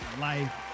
Life